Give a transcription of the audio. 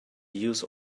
use